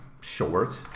short